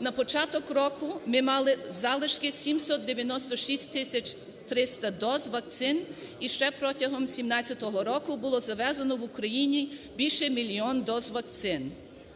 На початок року ми мали залишки 796 тисяч 300 доз вакцин і ще протягом 2017 року було завезено в Україну більше мільйона доз вакцин.